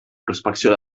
prospecció